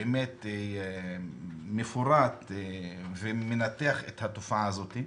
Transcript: דוח באמת מפורט ומנתח את התופעה הזאת.